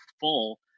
full